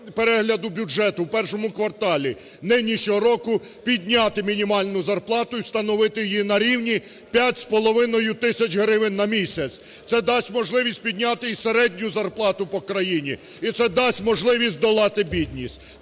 перегляду бюджету в першому кварталі нинішнього року підняти мінімальну зарплату і встановити її на рівні 5,5 тисяч гривень на місяць. Це дасть можливість підняти і середню зарплату по країні, і це дасть можливість долати бідність.